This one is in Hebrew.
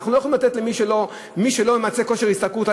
אנחנו לא יכולים לתת למי שלא ממצה כושר השתכרות,